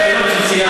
כל התקלות שציינת,